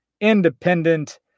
independent